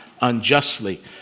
unjustly